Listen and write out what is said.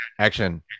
action